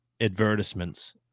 advertisements